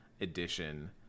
edition